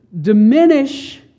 diminish